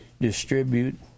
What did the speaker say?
distribute